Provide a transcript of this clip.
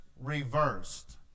reversed